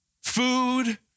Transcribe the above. food